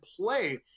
play